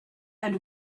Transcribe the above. and